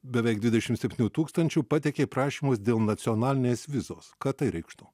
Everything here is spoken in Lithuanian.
beveik dvidešim septynių tūkstančių pateikė prašymus dėl nacionalinės vizos ką tai reikštų